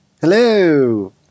Hello